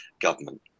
government